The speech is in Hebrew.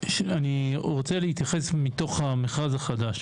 אני רוצה להתייחס מתוך המכרז החדש.